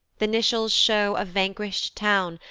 th' initials show a vanquish'd town,